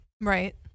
Right